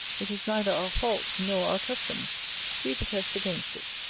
it is neither our fault nor our custom we protest against it.